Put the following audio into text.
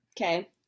Okay